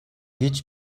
гэж